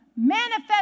Manifest